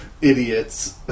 idiots